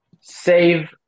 save